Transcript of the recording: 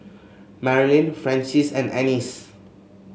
Marilyn Frances and Annice